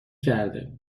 کرده